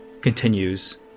continues